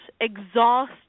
exhaust